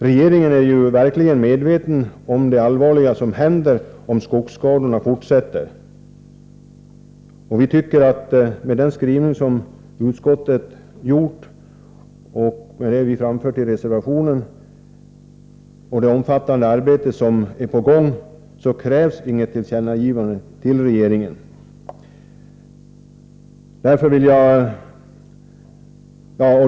Regeringen är ju verkligen medveten om det allvarliga som händer om skogsskadorna fortsätter, och jag tycker att med utskottets skrivning, med vad vi har framfört i reservationen och med det omfattande arbete som är på gång krävs det inget tillkännagivande till regeringen.